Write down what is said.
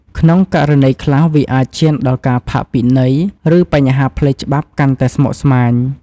ក្នុងករណីខ្លះ វាអាចឈានដល់ការផាកពិន័យ ឬបញ្ហាផ្លូវច្បាប់កាន់តែស្មុគស្មាញ។